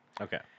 Okay